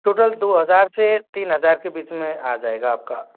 total दो हज़ार से तीन हज़ार के बीच में आ जाएगा आपका